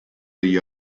degli